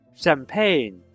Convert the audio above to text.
Champagne